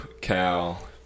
Cal